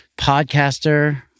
podcaster